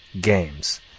games